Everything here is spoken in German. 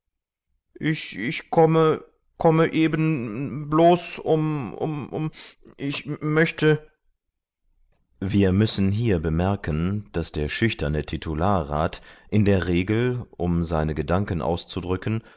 hätte ich komme eben bloß um ich möchte wir müssen hier bemerken daß der schüchterne titularrat in der regel um seine gedanken auszudrücken